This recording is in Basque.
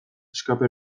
escape